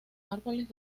árboles